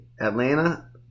Atlanta